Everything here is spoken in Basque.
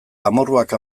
amorruak